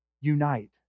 unite